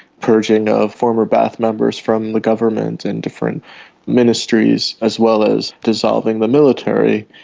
purging of former ba'ath members from the government and different ministries, as well as dissolving the military,